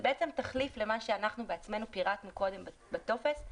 זה בעצם תחליף למה שאנחנו בעצמנו פירטנו קודם בטופס,